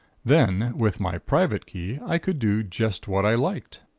then, with my private key, i could do just what i liked.